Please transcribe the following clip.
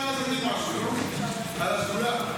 משהו על השדולה.